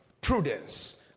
prudence